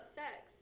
sex